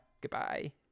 Goodbye